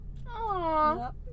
Aww